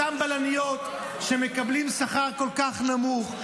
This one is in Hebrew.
אותן בלניות שמקבלות שכר כל כך נמוך,